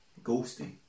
ghosty